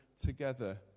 together